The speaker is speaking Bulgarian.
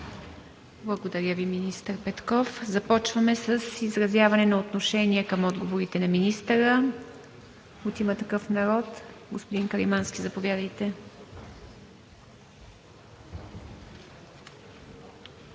Благодаря Ви, министър Петков. Започваме с изразяване на отношение към отговорите на министъра. От „Има такъв народ“ – господин Каримански, заповядайте.